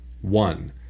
one